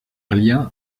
lien